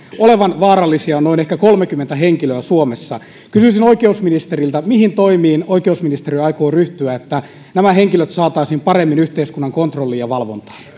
olevan vaarallisia on ehkä noin kolmekymmentä henkilöä suomessa kysyisin oikeusministeriltä mihin toimiin oikeusministeriö aikoo ryhtyä että nämä henkilöt saataisiin paremmin yhteiskunnan kontrolliin ja valvontaan